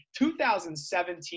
2017